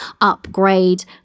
upgrade